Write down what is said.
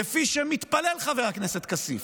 כפי שמתפלל חבר הכנסת כסיף,